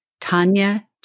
Tanya